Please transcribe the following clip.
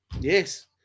Yes